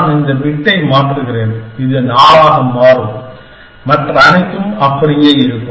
நான் இந்த பிட்டை மாற்றுகிறேன் இது 4 ஆக மாறும் மற்ற அனைத்தும் அப்படியே இருக்கும்